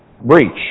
breach